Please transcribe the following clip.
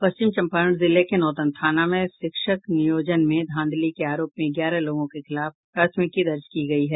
पश्चिम चम्पारण जिले के नौतन थाना में शिक्षक नियोजन में धांधली के आरोप में ग्यारह लोगों के खिलाफ प्राथमिकी दर्ज की गयी है